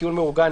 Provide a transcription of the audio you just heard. טיול מאורגן,